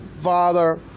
Father